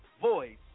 Voice